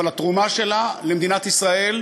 אבל התרומה שלה למדינת ישראל,